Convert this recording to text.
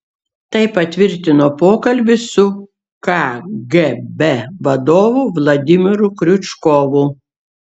tai patvirtino pokalbis su kgb vadovu vladimiru kriučkovu